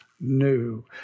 new